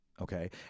Okay